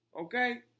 Okay